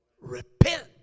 Repent